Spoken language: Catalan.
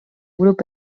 grup